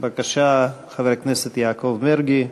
בבקשה, חבר הכנסת יעקב מרגי.